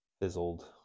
fizzled